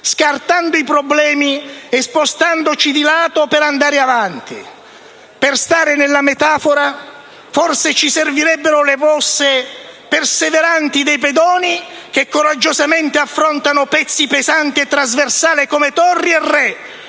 scartando i problemi, spostandoci di lato per andare avanti. Per stare nella metafora, forse ci servirebbero le mosse perseveranti dei pedoni che coraggiosamente affrontano pezzi pesanti e trasversali come torri e re,